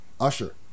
usher